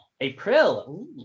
April